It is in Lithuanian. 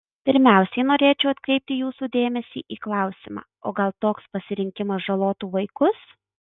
pirmiausiai norėčiau atkreipti jūsų dėmesį į klausimą o gal toks pasirinkimas žalotų vaikus